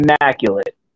immaculate